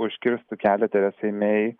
užkirstų kelią teresai mei